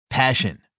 Passion